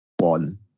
one